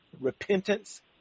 repentance